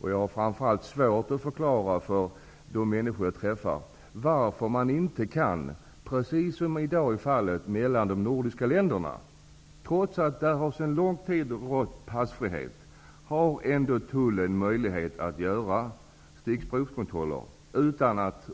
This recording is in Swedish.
och framför allt har jag svårt att förklara för de människor som jag träffar, varför det beträffande Sverige inte kan vara precis som det är mellan de nordiska länderna -- där råder det faktiskt sedan lång tid passfrihet, dvs. tullen har möjlighet att göra stickprovskontroller.